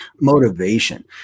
motivation